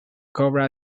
cobra